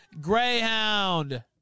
Greyhound